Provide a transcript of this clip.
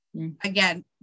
Again